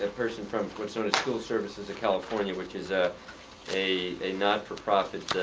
ah person from what sort of cool services that california which is ah a not-for-profit